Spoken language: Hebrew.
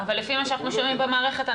אבל לפי מה שאנחנו שומעים מהמערכת,